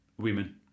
women